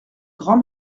grand